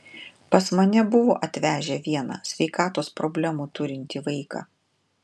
pas mane buvo atvežę vieną sveikatos problemų turintį vaiką